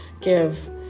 give